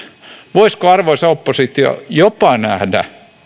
voisiko arvoisa oppositio jopa nähdä